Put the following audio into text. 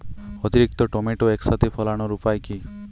অতিরিক্ত টমেটো একসাথে ফলানোর উপায় কী?